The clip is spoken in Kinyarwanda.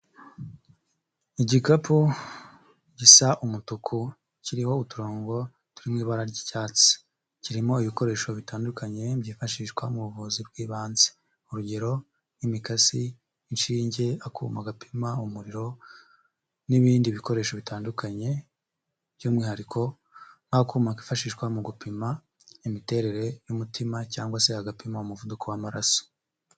Igikapu gisa umutuku kiriho uturongo turi mu ibara ry'icyatsi, kirimo ibikoresho bitandukanye byifashishwa mu buvuzi bw'ibanze urugero nk'imikasi, inshinge, akuma gapima umuriro n'ibindi bikoresho bitandukanye by'umwihariko nk'akuma kifashishwa mu gupima imiterere y'umutima cyangwa se agapima umuvuduko w'amaraso.